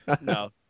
No